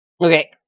Okay